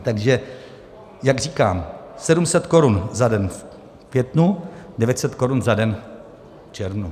Takže jak říkám, 700 korun za den v květnu, 900 korun za den v červnu.